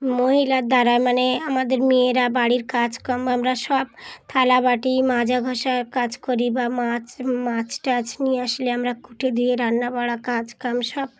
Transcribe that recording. মহিলার দ্বারা মানে আমাদের মেয়েরা বাড়ির কাজকাম আমরা সব থালা বাটি মাজা ঘষা কাজ করি বা মাছ মাছ টাছ নিয়ে আসলে আমরা কুটে দিয়ে রান্না বাড়া কাজ কাম সব